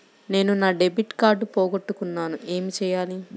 నేను నా debit card పోగొట్టుకున్నాను ఏమి చేయాలి?